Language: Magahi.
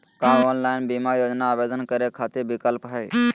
का ऑनलाइन बीमा योजना आवेदन करै खातिर विक्लप हई?